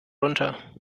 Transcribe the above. runter